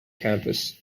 campus